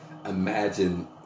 Imagine